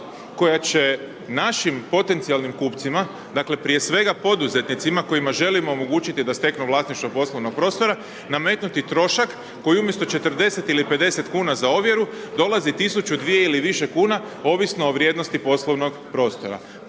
koja će našim potencijalnim kupcima, dakle, prije svega poduzetnicima kojima želimo omogućiti da steknu vlasništvo poslovnog prostora, nametnuti trošak koji umjesto 40 ili 50,00 kn za ovjeru, dolazi 1.000,00 kn, 2.000,00 kn ili više kuna, ovisno o vrijednosti poslovnog prostora.